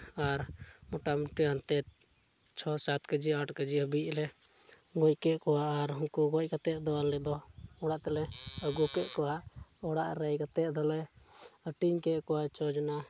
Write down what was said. ᱟᱨ ᱢᱳᱴᱟᱢᱩᱴᱤ ᱦᱟᱱᱛᱮ ᱪᱷᱚ ᱥᱟᱛ ᱠᱮᱡᱤ ᱟᱴ ᱠᱮᱡᱤ ᱦᱟᱹᱵᱤᱡ ᱞᱮ ᱜᱚᱡ ᱠᱮᱫ ᱠᱚᱣᱟ ᱟᱨ ᱩᱱᱠᱩ ᱜᱚᱡ ᱠᱟᱛᱮᱫ ᱫᱚ ᱟᱞᱮ ᱫᱚ ᱚᱲᱟᱜ ᱛᱮᱞᱮ ᱟᱹᱜᱩ ᱠᱮᱫ ᱠᱚᱣᱟ ᱚᱲᱟᱜ ᱨᱮ ᱦᱮᱡ ᱠᱟᱛᱮᱫ ᱟᱫᱚᱞᱮ ᱦᱟᱹᱴᱤᱡ ᱠᱮᱫ ᱠᱚᱣᱟ ᱪᱷᱚ ᱡᱚᱱᱟ